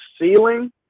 ceiling